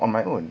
on my own